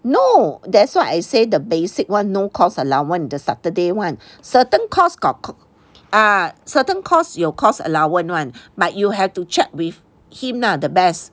no that's why I said the basic one no course allowance the saturday one certain course got course ah certain course 有 course allowance [one] but you have to check with him lah the best